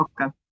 Okay